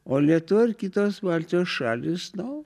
o lietuva ir kitos baltijos šalys no